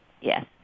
Yes